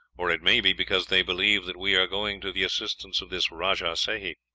or it may be because they believe that we are going to the assistance of this rajah sehi.